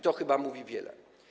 To chyba mówi wiele.